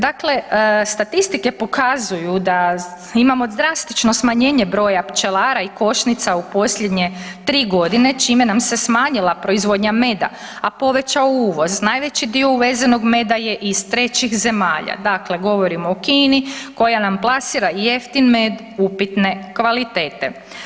Dakle, statistike pokazuju da imamo drastično smanjenje broja pčelara i košnica u posljednje 3 godine, čime nam se smanjila proizvodnja meda, a povećao uvoz, najveći dio uvezenog meda je iz trećih zemalja, dakle, govorimo o Kini, koja nam plasira jeftin med upitne kvalitete.